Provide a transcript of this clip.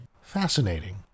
Fascinating